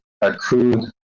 accrued